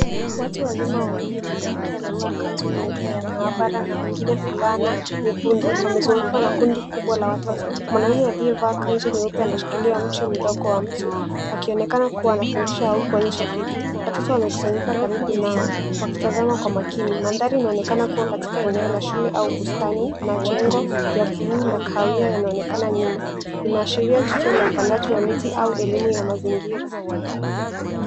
Watu wazima wawili mmoja akiwa amevaa kanzu nyeupe ya maabara na mwingine fulana nyekundu wamezungukwa na kundi kubwa la watoto. Mwanaume aliyevaa kanzu nyeupe anashikilia mche mdogo wa mti akionekana kuwa anafundisha au kuonyesha kitu. Watoto wamekusanyika karibu nao wakitazama kwa makini. Mandhari inaonekana kuwa katika eneo la shule au bustani na jengo ya bluu na kahawia yanaonekana nyuma. Inaashiria tukio la upandaji wa miti au elimu ya mazingira.